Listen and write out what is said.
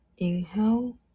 Inhale